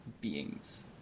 beings